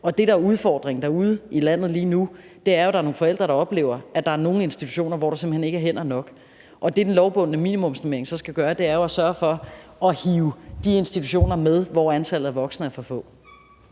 og det, der er udfordringen derude i landet lige nu, er, at der er nogle forældre, der oplever, at der i nogle institutioner simpelt hen ikke er hænder nok. Det, den lovbundne minimumsnormering så skal gøre, er jo at sørge for at hive de institutioner med, hvor antallet af voksne er for få.